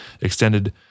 extended